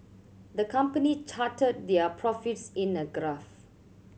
the company charted their profits in a graph